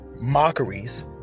mockeries